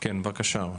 כן, בבקשה,